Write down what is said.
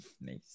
nice